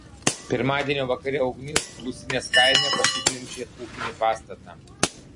pirmadienio vakare ugnis blusinės kaime pasiglemžė ūkinį pastatą